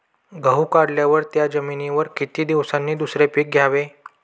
गहू काढल्यावर त्या जमिनीवर किती दिवसांनी दुसरे पीक घ्यावे?